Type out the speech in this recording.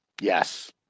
Yes